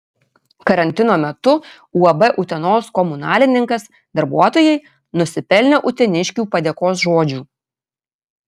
karantino metu uab utenos komunalininkas darbuotojai nusipelnė uteniškių padėkos žodžių